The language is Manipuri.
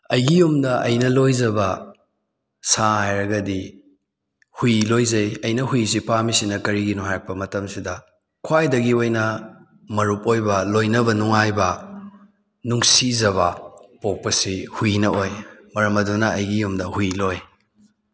ꯑꯩꯒꯤ ꯌꯨꯝꯗ ꯑꯩꯅ ꯂꯣꯏꯖꯕ ꯁꯥ ꯍꯥꯏꯔꯒꯗꯤ ꯍꯨꯏ ꯂꯣꯏꯖꯩ ꯑꯩꯅ ꯍꯨꯏꯁꯤ ꯄꯥꯝꯂꯤꯁꯤꯅ ꯀꯔꯤꯒꯤꯅꯣ ꯍꯥꯏꯔꯛꯄ ꯃꯇꯝꯁꯤꯗ ꯈ꯭ꯋꯥꯏꯗꯒꯤ ꯑꯣꯏꯅ ꯃꯔꯨꯞ ꯑꯣꯏꯕ ꯂꯣꯏꯅꯕ ꯅꯨꯡꯉꯥꯏꯕ ꯅꯨꯡꯁꯤꯖꯕ ꯄꯣꯛꯄꯁꯤ ꯍꯨꯏꯅ ꯑꯣꯏ ꯃꯔꯝ ꯑꯗꯨꯅ ꯑꯩꯒꯤ ꯌꯨꯝꯗ ꯍꯨꯏ ꯂꯣꯏ